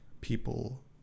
people